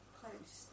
close